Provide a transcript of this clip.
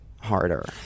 harder